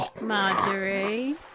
Marjorie